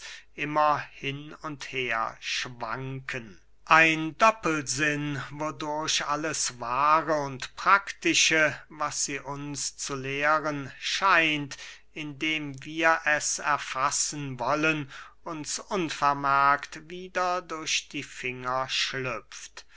immer hin und her schwanken ein doppelsinn wodurch alles wahre und praktische was sie uns zu lehren scheint indem wir es erfassen wollen uns unvermerkt wieder durch die finger schlüpft